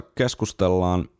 keskustellaan